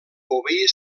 obeir